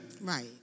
Right